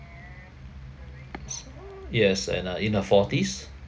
s~ yes uh and uh in her forties